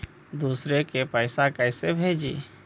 दुसरे के पैसा कैसे भेजी?